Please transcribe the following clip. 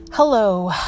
Hello